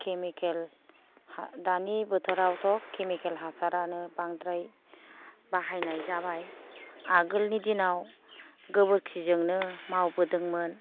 chemical दानि बोथोरावथ' chemical हासारानो बांद्राय बाहायनाय जाबाय आगोलनि दिनाव गोबोरखिजोंनो मावबोदोंमोन